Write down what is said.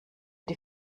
die